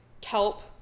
kelp